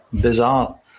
bizarre